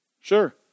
Sure